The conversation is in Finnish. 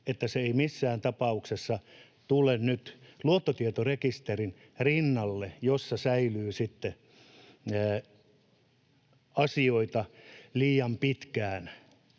että se ei missään tapauksessa tule nyt luottotietorekisterin rinnalle, jossa säilyy sitten asioita liian pitkään,